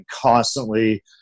constantly